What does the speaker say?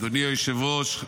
אדוני היושב-ראש,